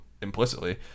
implicitly